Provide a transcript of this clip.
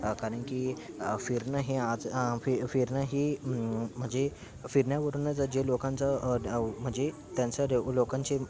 कारन की फिरणं हे आज फिरणं ही म्हणजे फिरण्यावरुन ज जे लोकांचं म्हणजे त्यांचं लोकांचे